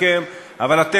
והיום אותו ראש ממשלה,